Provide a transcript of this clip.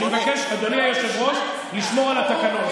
אני מבקש, אדוני היושב-ראש, לשמור על התקנון.